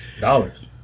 Dollars